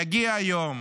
יגיע היום,